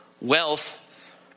Wealth